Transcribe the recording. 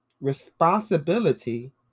responsibility